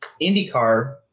IndyCar